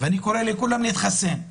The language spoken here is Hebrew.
ואני קורא לכולם להתחסן.